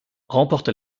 remporte